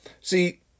See